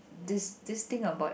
this this thing about